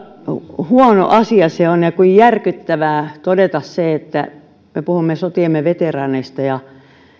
huono asia se on on järkyttävää todeta se että me puhumme sotiemme veteraaneista ja